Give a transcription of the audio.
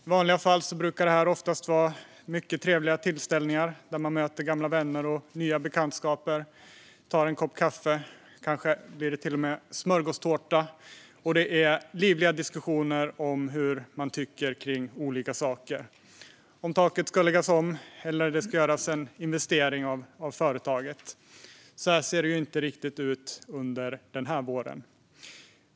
I vanliga fall brukar detta vara mycket trevliga tillställningar där man möter gamla vänner och nya bekantskaper, tar en kopp kaffe och kanske en bit smörgåstårta. Det blir livliga diskussioner om vad man tycker kring olika saker. Det kan handla om huruvida taket ska läggas om eller om det ska göras en investering av företaget. Men så ser det inte riktigt ut denna vår.